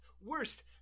worst